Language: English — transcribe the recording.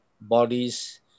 bodies